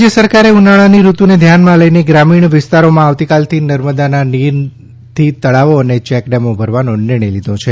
રાજ્ય સરકારે ઉનાળાની ઋતુને ધ્યાનમાં લઈને ગ્રામીણ વિસ્તારોમાં આવતીકાલથી નર્મદાના નીરથી તળાવો અને ચેકડેમો ભરવાનો નિર્ણય લીધો છે